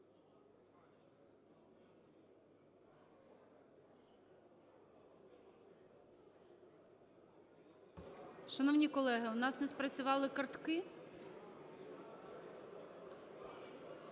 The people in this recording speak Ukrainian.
Шановні колеги, у нас не спрацювали картки?